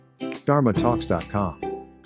dharmatalks.com